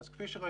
אז כפי שראינו,